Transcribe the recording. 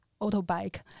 autobike